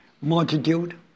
multitude